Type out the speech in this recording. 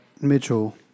Mitchell